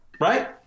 right